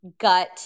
Gut